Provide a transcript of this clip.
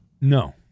No